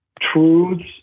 truths